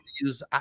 use